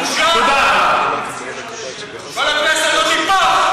כל הכנסת הזאת היא פח.